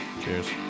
Cheers